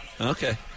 Okay